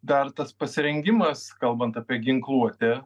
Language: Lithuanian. dar tas pasirengimas kalbant apie ginkluotę